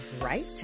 Right